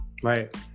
Right